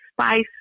spice